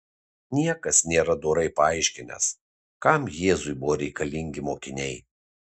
niekas nėra dorai paaiškinęs kam jėzui buvo reikalingi mokiniai